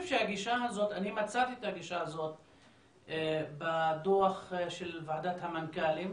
אני מצאתי את הגישה הזאת בדוח של ועדת המנכ"לים